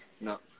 No